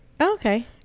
Okay